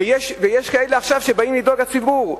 ויש כאלה שעכשיו שבאים לדאוג לציבור.